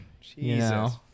Jesus